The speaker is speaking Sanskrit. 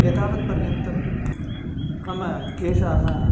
एतावत्पर्यन्तं मम केशाः